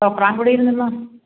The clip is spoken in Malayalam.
തോപ്രാംകുടിയിൽ നിന്ന്